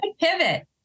pivot